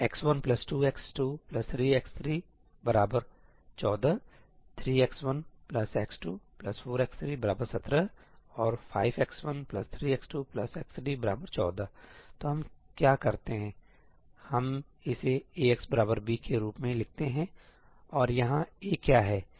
x1 2x2 3x3 14 3x1 x2 4x3 17 और 5x1 3x2 x3 14 तो हम क्या करते हैं हम इसे Axb के रूप में लिखते हैं और यहां A क्या है